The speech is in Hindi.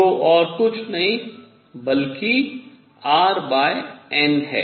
जो और कुछ नहीं बल्कि Rn है